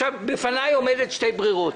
בפני עומדות שתי ברירות: